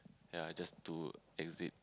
ya just to exit